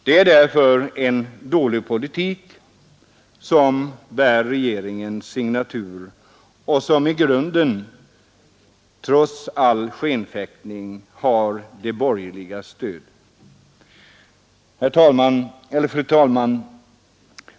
Det är därför en dålig politik som bär regeringens signatur och som i grunden — trots all skenfäktning — har de borgerligas stöd. Herr talman!